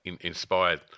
inspired